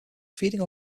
feeding